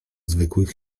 zwykłych